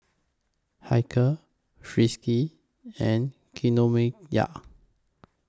Hilker Friskies and Kinokuniya